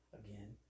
again